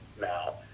now